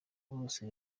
bose